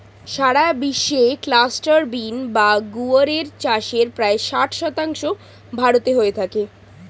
সারা বিশ্বে cluster bean বা গুয়ার এর চাষের প্রায় ষাট শতাংশ ভারতে হয়ে থাকে